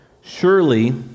Surely